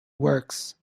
works